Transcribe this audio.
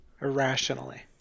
Irrationally